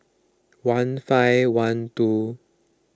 one five one two